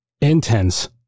intense